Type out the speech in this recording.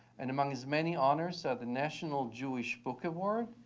and among his many honors at the national jewish book award,